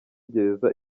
gereza